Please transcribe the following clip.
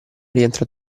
rientra